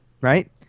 right